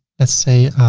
let's say